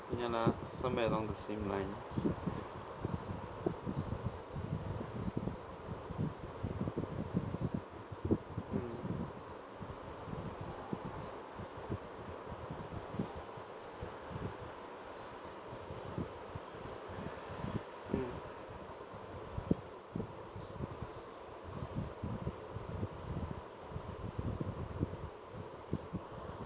ya lah somewhere along the same lines mm mm